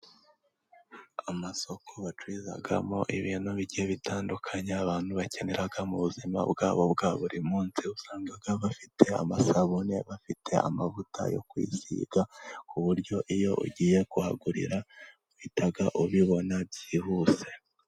Amasoko bacuruzamo ibintu biguye bitandukanye abantu bakenera mu buzima bwa bo bwa buri munsi, usanga bafite amasabune, bafite amavuta yo kwiziga, ku buryo iyo ugiye kuhagurira uhita ubibona byihuse.